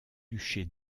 duché